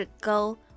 go